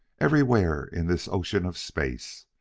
everywhere in this ocean of space!